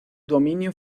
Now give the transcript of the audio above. dominio